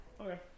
Okay